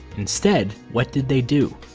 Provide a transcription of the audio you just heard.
instead, what did they do?